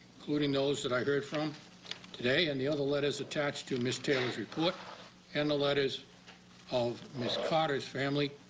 including those that i heard from today and the other letters attached to ms. taylor's report and the letters of ms. carter's family